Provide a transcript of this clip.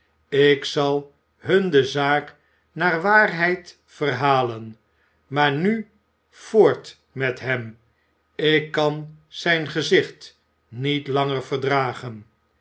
ik zal hun de zaak naar waarheid verhalen maar nu voort met hem ik kan zijn gezicht niet langer verdragen